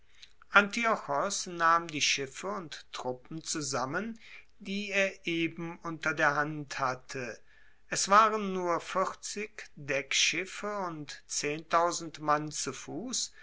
antiochos nahm die schiffe und truppen zusammen die er eben unter der hand hatte es waren nur deckschiffe und mann zu fuss